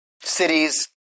cities